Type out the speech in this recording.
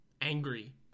Angry